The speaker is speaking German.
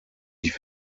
ich